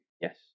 Yes